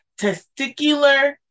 testicular